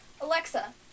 Alexa